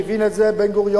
והבין את זה בן-גוריון,